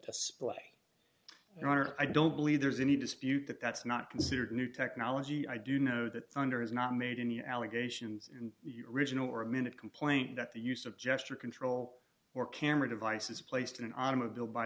order i don't believe there's any dispute that that's not considered new technology i do know that under has not made any allegations in the original or a minute complaint that the use of gesture control or camera devices placed in an automobile by